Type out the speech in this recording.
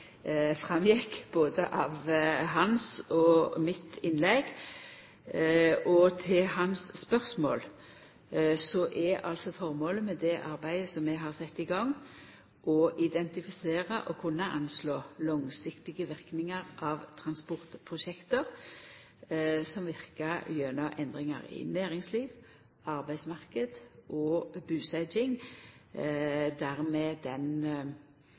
både av hans og mitt innlegg. Til spørsmålet: Formålet med det arbeidet som vi har sett i gang, er å identifisera og kunna anslå langsiktige verknader av transportprosjekt som verkar gjennom endringar i næringsliv, arbeidsmarknad og busetjing. Dermed vil den